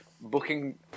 booking